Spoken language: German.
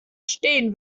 stehen